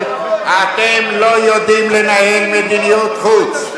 אתם לא יודעים לנהל מדיניות חוץ.